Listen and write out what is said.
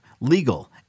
legal